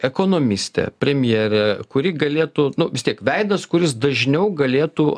ekonomistė premjerė kuri galėtų nu vis tiek veidas kuris dažniau galėtų